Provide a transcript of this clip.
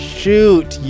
shoot